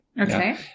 Okay